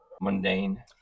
Mundane